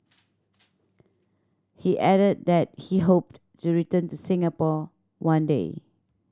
he added that he hoped to return to Singapore one day